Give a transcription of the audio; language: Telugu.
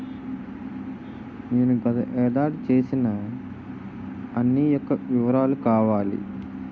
నేను గత ఏడాది చేసిన అన్ని యెక్క వివరాలు కావాలి?